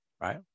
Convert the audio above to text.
right